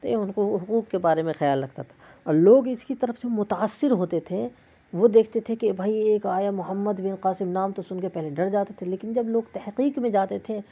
تو یہ ان کو حقوق کے بارے میں خیال رکھتا تھا اور لوگ اس كی طرف جو متأثر ہوتے تھے وہ دیكھتے تھے کہ بھئی ایک آیا محمد بن قاسم نام تو سن کے پہلے ڈر جاتے تھے لیکن جب لوگ تحقیق میں جاتے تھے